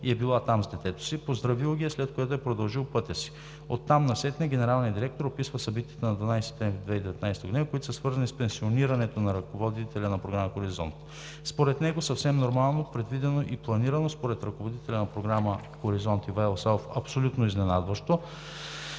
и е била там с детето си, поздравил ги е, след което е продължил по пътя си. Оттам насетне генералният директор описва събитията на 12 септември 2019 г., които са свързани с пенсионирането на ръководителя на програма „Хоризонт“. Според него съвсем нормално е предвидено и планирано, според ръководителя на програма „Хоризонт“ – господин Ивайло Савов – абсолютно изненадващо,